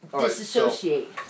disassociate